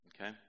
Okay